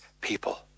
people